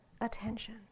attention